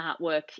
artwork